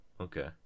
okay